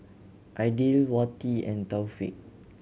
Aidil Wati and Taufik